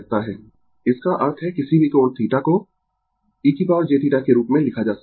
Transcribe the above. Refer Slide Time 2535 इसका अर्थ है किसी भी कोण θ e jθ के रूप में लिखा जा सकता है